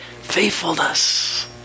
faithfulness